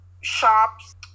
shops